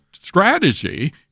Strategy